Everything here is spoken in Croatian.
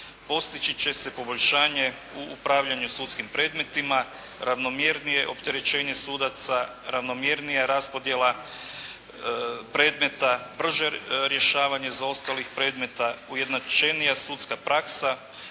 Postići će se poboljšanje u upravljanju sudskim predmetima, ravnomjernije opterećenje sudaca, ravnomjernija raspodjela predmeta, brže rješavanje zaostalih predmeta, ujednačenija sudska praksa,